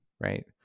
right